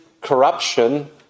corruption